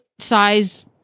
Size